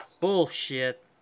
Bullshit